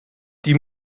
die